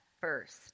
first